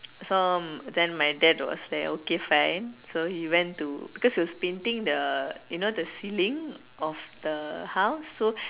so then my dad was like okay fine so he went to because he was painting the you know the ceiling of the house so